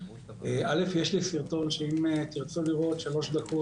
ראשית, יש לי סרטון שאם תרצו לראות, שלוש דקות.